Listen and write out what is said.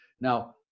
Now